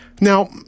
Now